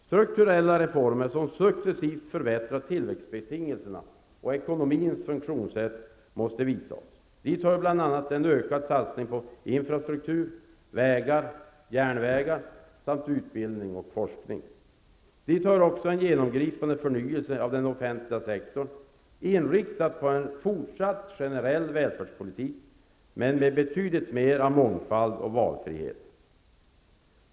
Strukturella reformer som successivt förbättrar tillväxtbetingelserna och ekonomins funktionssätt måste genomföras. Dit hör bl.a. en ökad satsning på infrastruktur; vägar, järnvägar samt utbildning och forskning. Dit hör också en genomgripande förnyelse av den offentliga sektorn, inriktad på en fortsatt generell välfärdspolitik men med betydligt mer av mångfald och valfrihet.